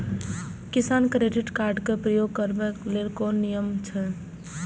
किसान credit card क प्रयोग करबाक लेल कोन नियम अछि?